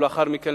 ולאחר מכן,